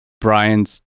Brian's